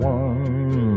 one